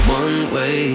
one-way